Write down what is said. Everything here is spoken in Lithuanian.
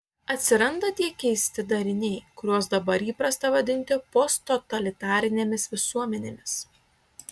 atsiranda tie keisti dariniai kuriuos dabar įprasta vadinti posttotalitarinėmis visuomenėmis